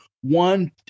one